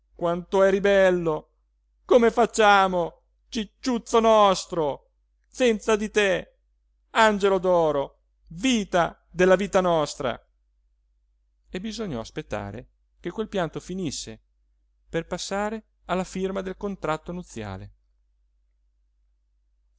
quanto eri bello come facciamo cicciuzzo nostro senza di te angelo d'oro vita della vita nostra e bisognò aspettare che quel pianto finisse per passare alla firma del contratto nuziale